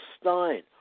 Stein